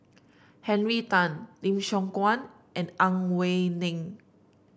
Henry Tan Lim Siong Guan and Ang Wei Neng